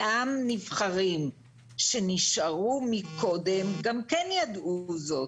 אותם נבחרים שנשארו מקודם גם כן ידעו זאת,